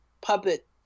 puppet